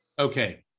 Okay